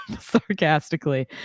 sarcastically